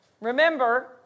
Remember